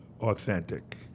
authentic